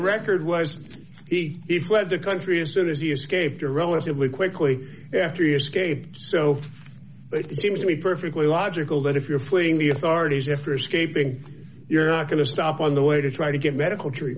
record was he if lead the country as soon as he escaped or relatively quickly after year scapes so it seems to me perfectly logical that if you're fleeing the authorities after escaping you're not going to stop on the way to try to get medical treat